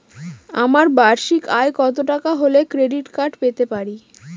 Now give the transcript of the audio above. আমার বার্ষিক আয় কত টাকা হলে ক্রেডিট কার্ড পেতে পারি?